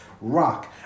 rock